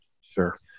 Sure